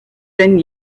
wenn